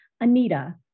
Anita